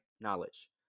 knowledge